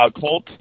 Colt